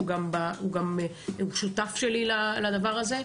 הוא גם שותף שלי לדבר הזה.